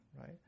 right